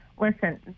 Listen